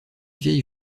vieille